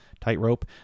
tightrope